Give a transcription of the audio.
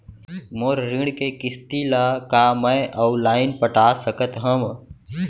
मोर ऋण के किसती ला का मैं अऊ लाइन पटा सकत हव?